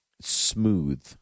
smooth